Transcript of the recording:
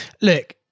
look